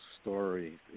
story